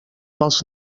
pels